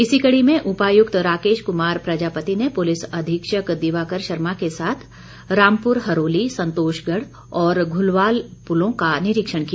इसी कड़ी में उपायुक्त राकेश कुमार प्रजापति ने पुलिस अधीक्षक दिवाकर शर्मा के साथ रामपुर हरोली संतोषगढ़ और घलुवाल पुलों का निरीक्षण किया